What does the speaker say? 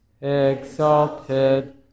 exalted